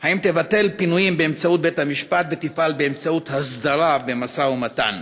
3. האם תבטל פינויים באמצעות בית-המשפט ותפעל באמצעות הסדרה במשא-ומתן?